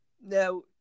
Now